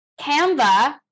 Canva